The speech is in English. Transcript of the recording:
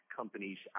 companies